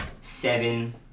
seven